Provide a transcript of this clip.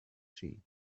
sheep